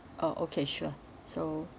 oh okay sure so